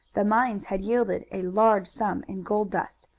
the mines had yielded a large sum in gold-dust,